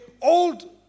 old